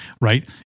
right